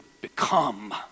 become